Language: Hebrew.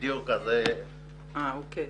אוקיי.